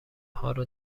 هارو